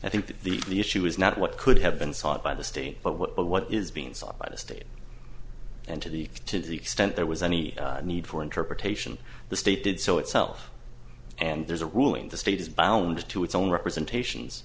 i think that the the issue is not what could have been sought by the state but what what is being sought by the state and to the to the extent there was any need for interpretation the state did so itself and there's a ruling the state is bound to its own representations